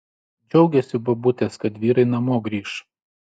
džiaugėsi bobutės kad vyrai namo grįš